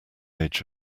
age